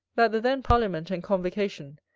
that the then parliament and convocation,